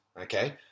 Okay